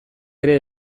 ere